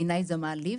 בעיניי זה מעליב.